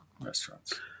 restaurants